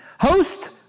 host